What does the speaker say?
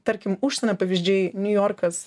tarkim užsienio pavyzdžiai niujorkas